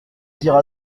dire